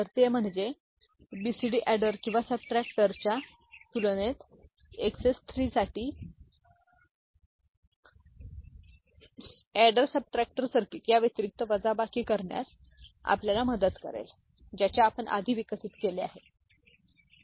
तर ते म्हणजे बीसीडी अॅडर किंवा सबट्रॅक्टरच्या तुलनेत एक्ससी 3 साठी एडर सबट्रॅक्टर सर्किट या व्यतिरिक्त वजाबाकी करण्यास आपल्याला मदत करेल ज्याचे आपण आधी विकसित केले आहे